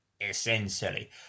Essentially